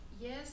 Yes